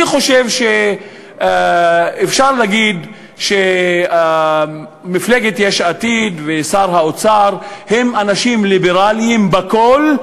אני חושב שאפשר להגיד שמפלגת יש עתיד ושר האוצר הם אנשים ליברליים בכול,